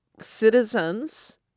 citizens